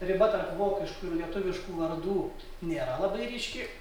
riba tarp vokiškų ir lietuviškų vardų nėra labai ryški